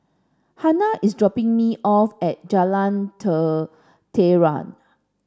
Hannah is dropping me off at Jalan Tenteram